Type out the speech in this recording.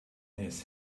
his